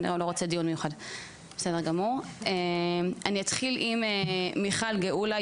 אני אתחיל עם מיכל גאולה,